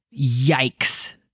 yikes